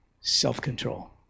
self-control